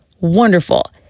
wonderful